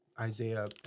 Isaiah